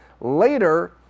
later